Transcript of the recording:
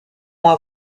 mois